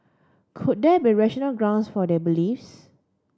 could there be rational grounds for their beliefs